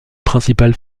principales